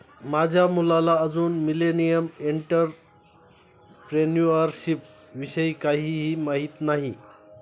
माझ्या मुलाला अजून मिलेनियल एंटरप्रेन्युअरशिप विषयी काहीही माहित नाही